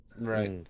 Right